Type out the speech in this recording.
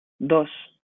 dos